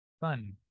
fun